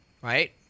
right